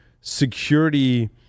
security